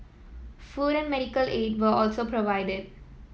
food and medical aid were also provided